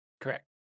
Correct